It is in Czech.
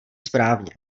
správně